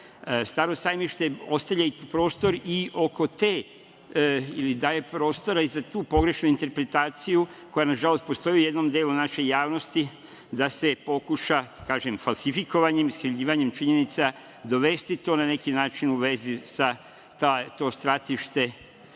Staro Sajmište ostavlja i prostor oko te ili daje prostor i za tu pogrešnu interpretaciju, koja, nažalost, postoji u jednom delu naše javnosti, da se pokuša, kažem, falsifikovanjem, iskrivljivanjem činjenica dovesti to na neki način u vezu, to stratište